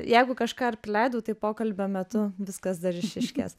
jeigu kažką ir praleidau tai pokalbio metu viskas dar išryškės